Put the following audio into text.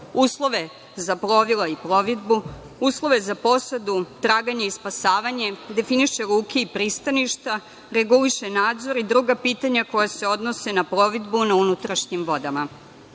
uslove za plovila i plovidbu, uslove za posadu, traganje i spasavanje, definiše luke i pristaništa, reguliše nadzor i druga pitanja koja se odnose na plovidbu na unutrašnjim vodama. Ove